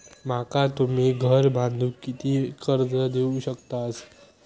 माका तुम्ही घर बांधूक किती कर्ज देवू शकतास?